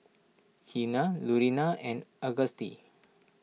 Keena Lurena and Auguste